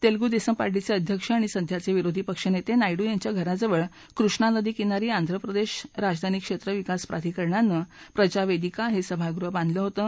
तेलगू देसम पार्टीचे अध्यक्ष आणि सध्याचे विरोधी पक्षनेते नायडू यांच्या घराजवळ कृष्णा नदी किनारी आंध्र प्रदेश राजधानी क्षेत्र विकास प्राधिकरणानं प्रजा वेदिका हे सभागृह बांधलं होतं